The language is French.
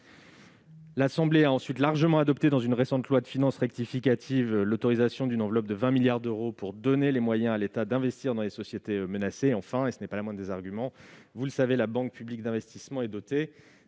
L'Assemblée nationale a largement adopté, dans une récente loi de finances rectificative, une enveloppe de 20 milliards d'euros pour donner les moyens à l'État d'investir dans les sociétés menacées. Enfin, et ce n'est pas le moindre des arguments, le fonds Lac d'argent de la banque publique d'investissement, que